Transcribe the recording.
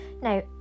Now